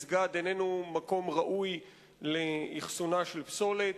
מסגד איננו מקום ראוי לאחסון פסולת.